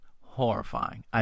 horrifying